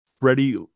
Freddie